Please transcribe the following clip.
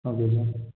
okay sir